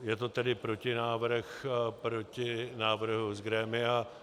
Je to tedy protinávrh proti návrhu z grémia.